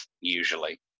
usually